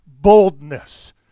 boldness